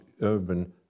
urban